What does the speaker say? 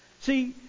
See